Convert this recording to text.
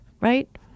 right